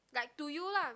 like to you lah